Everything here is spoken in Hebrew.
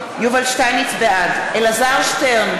בעד אלעזר שטרן,